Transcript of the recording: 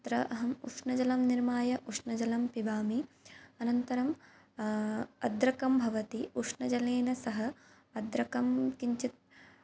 अत्र अहम् उष्णजलं निर्माय उष्णजलं पिबामि अनन्तरम् अद्रकं भवति उष्णजलेन सह अद्रकं किञ्चित्